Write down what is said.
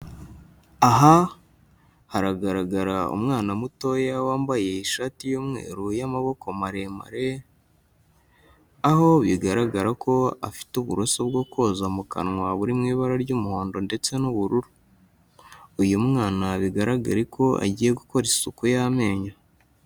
Aha haragaragara umwana mutoya wambaye ishati y'umweru y'amaboko maremare, aho bigaragara ko afite uburoso bwo koza mu kanwa buri mu ibara ry'umuhondo ndetse n'ubururu. Uyu mwana bigaragare ko agiye gukora isuku y'amenyo.